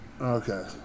Okay